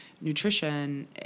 nutrition